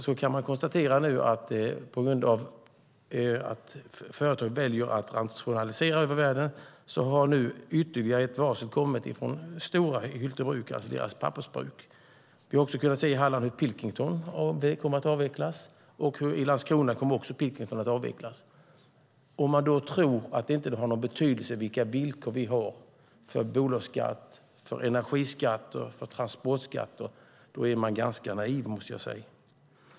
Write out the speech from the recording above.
Nu kan man konstatera att på grund av att företag väljer att rationalisera har ytterligare varsel kommit från Stora i Hyltebruk, alltså pappersbruket. Vi har också kunnat se att Pilkington AB kommer att avvecklas i Halland, liksom i Landskrona. Om man tror att det inte har någon betydelse vilka villkor vi har för bolagsskatt, energiskatt, transportskatt då är man ganska naiv måste jag säga.